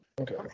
Okay